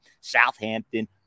Southampton